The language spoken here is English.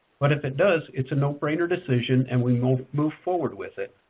but if it does, it's a no-brainer decision and we move move forward with it.